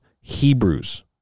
Hebrews